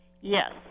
Yes